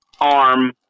arm